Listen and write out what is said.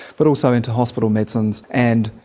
but also into hospital medicines and,